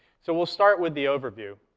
so we'll start with the overview.